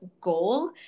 goal